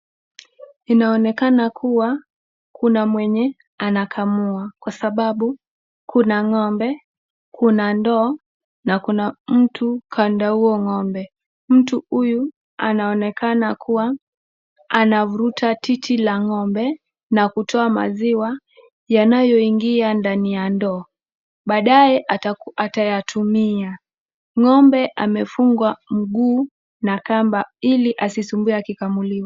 Inaonekana kua kuna mwenye anakamua, kwa sababu kuna ngombe, kuna ndoo na kuna mtu kando ya huyo ngombe. Mtu huyu anaonekana kua anavuruta titi la ngombe na kutoa maziwa yanayoingia ndani ya ndoo baadae atayatumia. Ngombe amefungwa mguu na kamba ili asisumbue akikamuliwa.